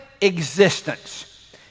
existence